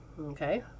Okay